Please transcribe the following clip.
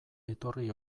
etorri